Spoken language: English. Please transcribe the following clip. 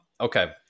Okay